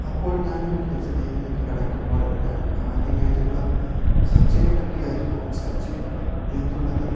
അപ്പോൾ ഞാനൊരു രചനയിലേക്ക് കടക്കുമ്പോൾ ഞാൻ ആദ്യമെഴുതുക സച്ചിനെപ്പറ്റിയായിരിക്കും സച്ചിൻ എന്നുള്ളത്